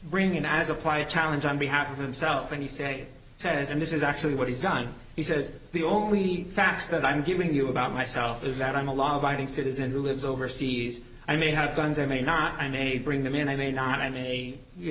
bring him as apply a challenge on behalf of self and he say says and this is actually what he's done he says the only facts that i'm giving you about myself is that i'm a law abiding citizen who lives overseas i may have guns i may not i may bring them in i may not i may you